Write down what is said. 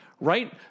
right